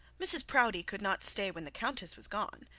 mrs proudie could not stay when the countess was gone.